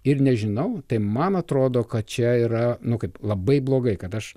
ir nežinau tai man atrodo kad čia yra nu kaip labai blogai kad aš